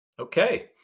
Okay